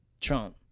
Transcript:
Trump